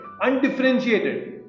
undifferentiated